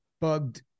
bugged